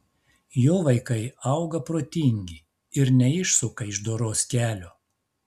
jo vaikai auga protingi ir neišsuka iš doros kelio